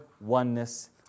oneness